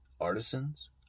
artisans